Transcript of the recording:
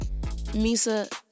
Misa